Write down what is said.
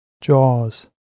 jaws